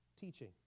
teaching